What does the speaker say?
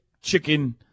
chicken